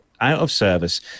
out-of-service